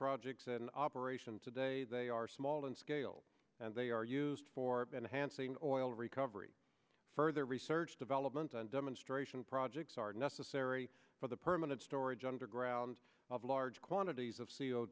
projects in operation today they are small in scale and they are used for bene hansing oil recovery further research development and demonstration projects are necessary for the permanent storage underground of large quantities of c o